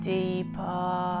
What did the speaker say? Deeper